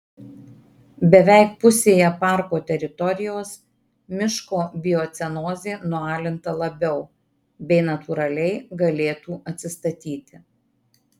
beveik pusėje parko teritorijos miško biocenozė nualinta labiau bei natūraliai galėtų atsistatyti